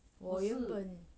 我原本